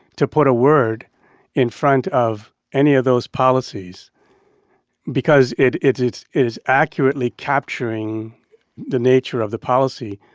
to put a word in front of any of those policies because it it is accurately capturing the nature of the policy,